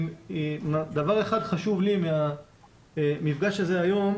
אם דבר אחד חשוב לי מהמפגש הזה היום,